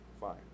Fine